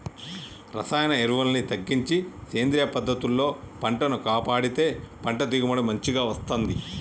రసాయన ఎరువుల్ని తగ్గించి సేంద్రియ పద్ధతుల్లో పంటను కాపాడితే పంట దిగుబడి మంచిగ వస్తంది